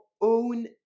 own